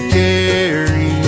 carry